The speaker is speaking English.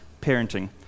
parenting